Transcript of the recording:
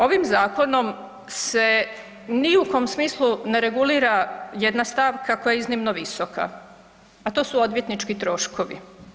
Ovim zakonom se ni u kom smislu ne regulira jedna stavka koja je iznimno visoka a to su odvjetnički troškovi.